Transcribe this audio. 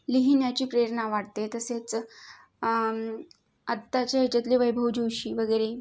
लिहिण्याची प्रेरणा वाटते तसेच आत्ताच्या याच्यातले वैभव जोशी वगैरे